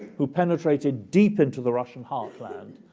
who penetrated deep into the russian heartland.